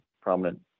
prominent